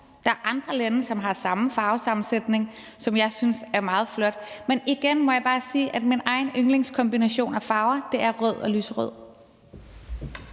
Der er andre landes flag, som har samme farvesammensætning, som jeg synes er meget flot. Men igen må jeg bare sige, at min egen yndlingskombination af farver er rød og lyserød.